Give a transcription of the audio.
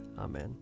Amen